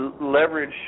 leverage